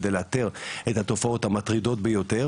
כדי לאתר את התופעות המטרידות ביותר